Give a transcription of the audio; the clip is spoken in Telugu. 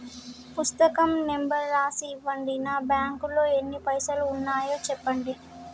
పుస్తకం నెంబరు రాసి ఇవ్వండి? నా బ్యాంకు లో ఎన్ని పైసలు ఉన్నాయో చెప్పండి?